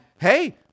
Hey